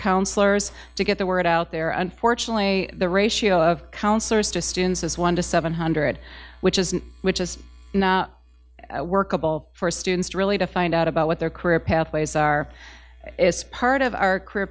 counselors to get the word out there unfortunately the ratio of counselors to students is one to seven hundred which isn't which is workable for students really to find out about what their career pathways are as part of our career